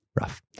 Rough